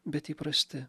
bet įprasti